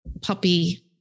puppy